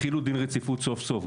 החילו דין רציפות סוף סוף,